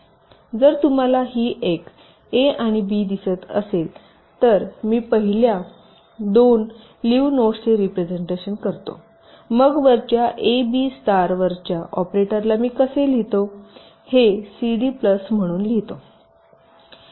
जर तुम्हाला ही एक ए आणि बी दिसत असेल तर मी पहिल्या 2 लिव्ह नोट्सचे रिप्रेझेन्टेशन करतो मग वरच्या ए बी स्टार वरच्या ऑपरेटरला मी असे लिहीते हे सी डी प्लस म्हणून लिहीते